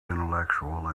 intellectual